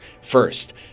first